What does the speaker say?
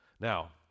Now